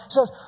Says